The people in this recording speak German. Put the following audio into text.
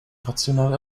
rationale